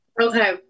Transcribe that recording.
Okay